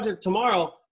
tomorrow